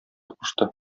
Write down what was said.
кушты